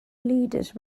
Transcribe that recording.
leaders